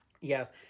Yes